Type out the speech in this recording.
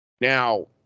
Now